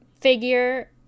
figure